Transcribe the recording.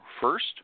first